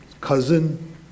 cousin